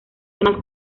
temas